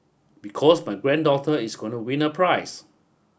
because my granddaughter is going to win a prize